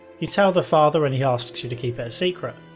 you tell the father and he asks you to keep it a secret.